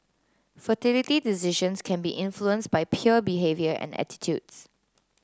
fertility decisions can be influenced by peer behaviour and attitudes